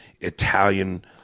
Italian